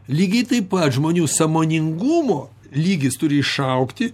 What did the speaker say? lygiai taip pat žmonių sąmoningumo lygis turi išaugti